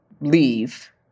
leave